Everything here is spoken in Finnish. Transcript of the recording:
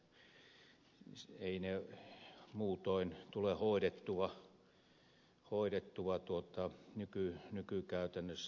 eivät ne muutoin tule hoidetuiksi nykykäytännössä